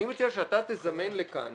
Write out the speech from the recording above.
אני מציע שאתה תזמן לכאן